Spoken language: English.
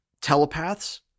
telepaths